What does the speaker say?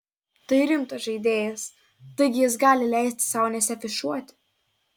tai rimtas žaidėjas taigi jis gali leisti sau nesiafišuoti